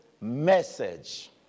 message